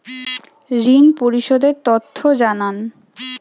ঋন পরিশোধ এর তথ্য জানান